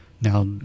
Now